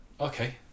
okay